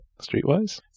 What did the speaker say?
Streetwise